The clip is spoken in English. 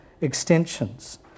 extensions